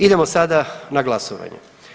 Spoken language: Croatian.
Idemo sada na glasovanje.